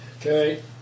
Okay